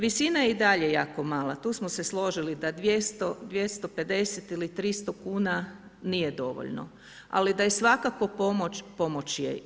Visina je i dalje jako mala, tu smo se složili da 250 ili 300 kuna nije dovoljno ali da je svakako pomoć, pomoć je.